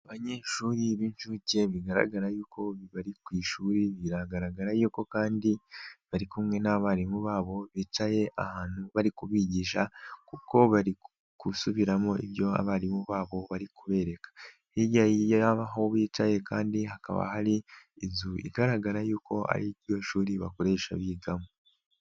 Abanyeshuri b'inshuke bigaragara yuko bari ku ishuri. Biragaragara yuko kandi bari kumwe n'abarimu babo bicaye ahantu bari kubigisha kuko bari gusubiramo ibyo abarimu babo bari kubereka. Hirya yaho bicaye kandi hakaba hari inzu igaragara yuko ariryo shuri bakoresha bigamo.